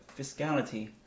fiscality